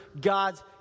God's